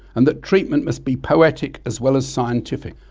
and that treatment must be poetic as well as scientific,